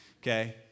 okay